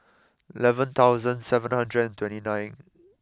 eleven thousand seven hundred and twenty nine